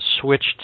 switched